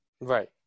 Right